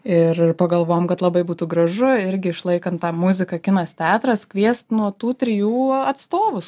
ir ir pagalvojom kad labai būtų gražu irgi išlaikant tą muzika kinas teatras kviest nu tų trijų atstovus